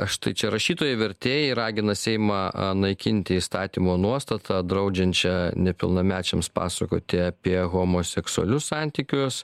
štai čia rašytojai vertėjai ragina seimą a naikinti įstatymo nuostatą draudžiančią nepilnamečiams pasakoti apie homoseksualius santykius